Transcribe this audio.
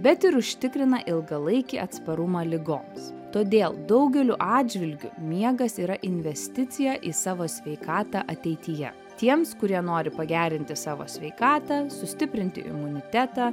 bet ir užtikrina ilgalaikį atsparumą ligoms todėl daugeliu atžvilgių miegas yra investicija į savo sveikatą ateityje tiems kurie nori pagerinti savo sveikatą sustiprinti imunitetą